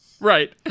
Right